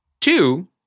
Two